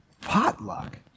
Potluck